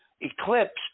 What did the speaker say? eclipsed